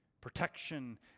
protection